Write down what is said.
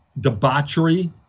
debauchery